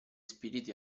spiriti